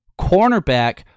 cornerback